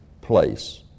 place